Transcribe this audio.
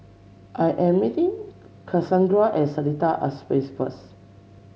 I am meeting Kassandra Seletar Aerospace first